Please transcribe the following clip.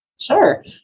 Sure